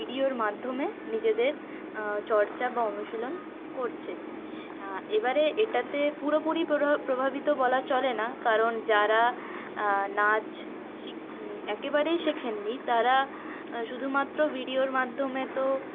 ভিডিয়োর মাধ্যমে নিজেদের চর্চা বা অনুশীলন করছে এবারে এটাতে পুরোপুরি প্রভা প্রভাবিত বলা চলে না কারণ যারা নাচ শিখ একেবারেই শেখেননি তারা শুধুমাত্র ভিডিয়োর মাধ্যমে তো